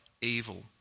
evil